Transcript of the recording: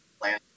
plan